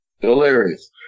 Delirious